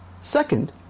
Second